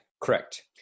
Correct